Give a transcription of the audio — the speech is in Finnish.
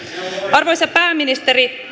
arvoisa pääministeri